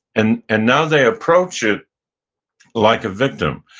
and and now they approach it like a victim.